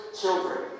children